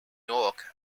york